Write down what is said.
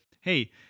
hey